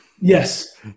Yes